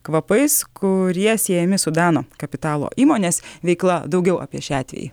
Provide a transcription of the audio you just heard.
kvapais kurie siejami su danų kapitalo įmonės veikla daugiau apie šį atvejį